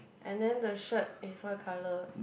and then the shirt is what colour